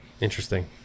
Interesting